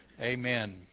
amen